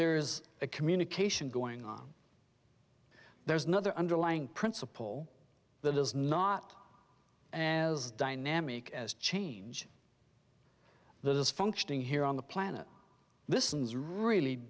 there's a communication going on there's another underlying principle that is not as dynamic as change there is functioning here on the planet this is really